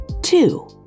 Two